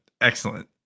Excellent